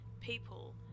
People